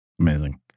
Amazing